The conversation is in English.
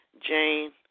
Jane